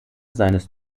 seines